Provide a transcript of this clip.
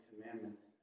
commandments